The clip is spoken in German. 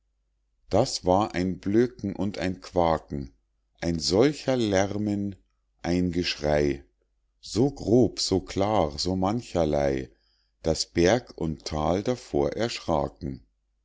das war ein blöcken und ein quaken ein solcher lärmen ein geschrei so grob so klar so mancherlei daß berg und thal davor erschraken